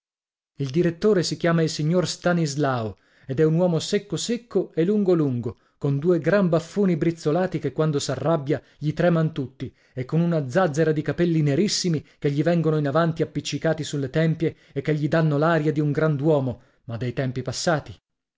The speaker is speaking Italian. il direttore si chiama il signor stanislao ed è un uomo secco secco e lungo lungo con due gran baffoni brizzolati che quando s'arrabbia gli treman tutti e con una zazzera di capelli nerissimi che gli vengono in avanti appiccicati sulle tempie e che gli dànno l'aria di un grand'uomo ma dei tempi passati